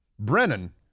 Brennan